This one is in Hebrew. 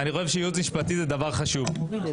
אופיר, יש לי שאלה עניינית.